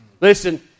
Listen